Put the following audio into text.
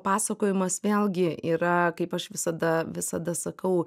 pasakojimas vėlgi yra kaip aš visada visada sakau